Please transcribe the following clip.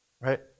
Right